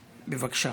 בבקשה.